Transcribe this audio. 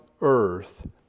earth